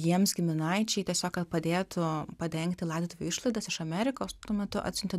jiems giminaičiai tiesiog kad padėtų padengti laidotuvių išlaidas iš amerikos tuo metu atsiuntė